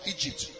Egypt